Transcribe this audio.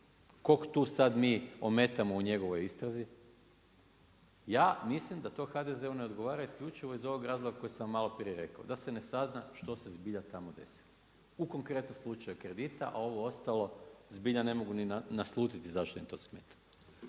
Kog tu sad mi ometamo u njegovoj istrazi? Ja mislim da to HDZ-u ne odgovara isključivo iz ovog razloga koji sam malo prije rekao, da se ne sazna što se zbilja tamo desilo u konkretnom slučaju kredita, a ovo ostalo zbilja ne mogu ni naslutiti zašto im to smeta.